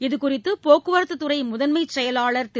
இதுகுறித்து போக்குவரத்து துறை முதன்மை செயவாளர் திரு